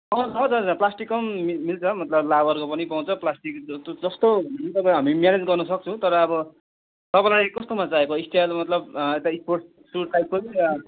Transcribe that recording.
पाउँछ हौ दादा प्लास्टिकको मि मिल्छ मतलब लावरको पनि पाउँछ प्लास्टिक तो जस्तो भने पनि तपाईँलाई हामी म्यानेज गर्नसक्छौँ तर अब तपाईँलाई कस्तोमा चाहिएको स्टाइल मतलब यता स्पोर्टस सुज टाइपको कि